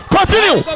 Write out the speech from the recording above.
Continue